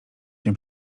cię